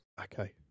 Okay